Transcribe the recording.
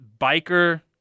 Biker